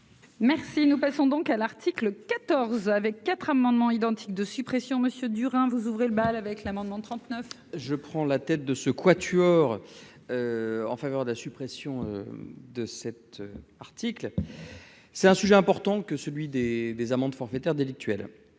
Merci, nous passons donc à l'article 14 avec quatre amendements identiques de suppression monsieur dur hein, vous ouvrez le bal avec l'amendement trente-neuf. Je prends la tête de ce quatuor en faveur de la suppression de cet article, c'est un sujet important que celui des des amendes forfaitaires délictuelles